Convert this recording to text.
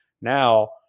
now